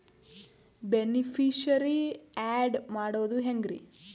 Beneficiary, add ಮಾಡೋದು ಹೆಂಗ್ರಿ?